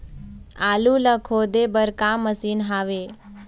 आलू ला खोदे बर का मशीन हावे?